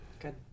Good